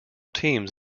teams